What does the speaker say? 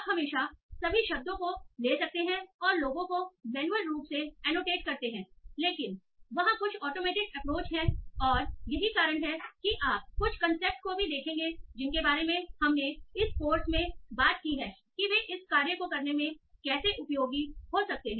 आप हमेशा सभी शब्दों को ले सकते हैं और लोगों को मैन्युअल रूप से एनोटेट करते हैं लेकिन वहाँ कुछ ऑटोमेटेड अप्रोच है और यही कारण है कि आप कुछ कंसेप्ट को भी देखेंगे जिनके बारे में हमने इस कोर्स में बात की है कि वे इस कार्य को करने में कैसे उपयोगी हो सकते हैं